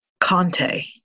Conte